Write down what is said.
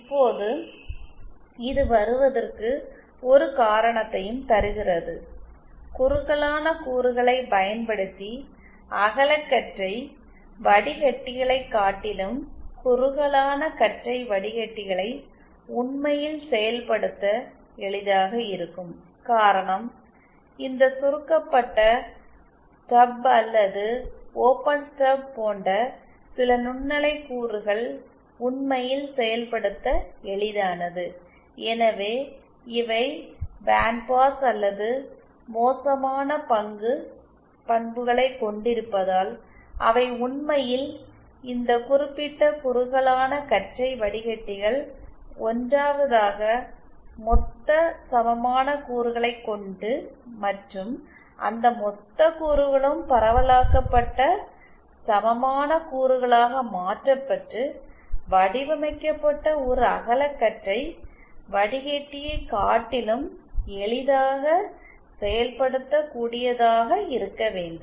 இப்போது இது வருவதற்கு ஒரு காரணத்தையும் தருகிறது குறுகலான கூறுகளைப் பயன்படுத்தி அகலகற்றை வடிக்கட்டிகளைக் காட்டிலும் குறுகலான கற்றை வடிக்கட்டிகளை உண்மையில் செயல்படுத்த எளிதாக இருக்கும் காரணம் இந்த சுருக்கப்பட்ட ஸ்டப் அல்லது ஓபன் ஸ்டப் போன்ற சில நுண்ணலை கூறுகள் உண்மையில் செயல்படுத்த எளிதானது எனவே இவை பேண்ட்பாஸ் அல்லது மோசமான பங்கு பண்புகளை கொண்டிருப்பதால் அவை உண்மையில் இந்த குறிப்பிட்ட குறுகலான கற்றை வடிகட்டிகள் 1 வதாக மொத்த சமமான கூறுகளை கொண்டு மற்றும் அந்த மொத்த கூறுகளும் பரவலாக்கப்பட்ட சமமான கூறுகளாக மாற்றப்பட்டு வடிவமைக்கப்பட்ட ஒரு அகலக்கற்றை வடிகட்டியைக் காட்டிலும் எளிதாக செயல்படுத்த கூடியதாக இருக்க வேண்டும்